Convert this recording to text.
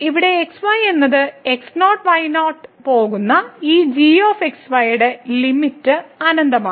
ഇവിടെ x y എന്നതിലേക്ക് x 0 y 0 പോകുന്ന ഈ g x y ന്റെ ലിമിറ്റ് അനന്തമാണ്